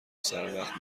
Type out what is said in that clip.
سروقت